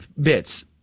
bits